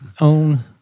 own